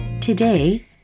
Today